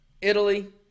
Italy